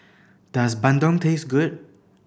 does bandung taste good